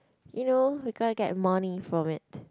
you know we gotta get money from it